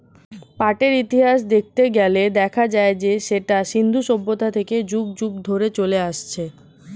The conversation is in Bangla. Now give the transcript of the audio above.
পাটের ইতিহাস দেখতে গেলে দেখা যায় যে সেটা সিন্ধু সভ্যতা থেকে যুগ যুগ ধরে চলে আসছে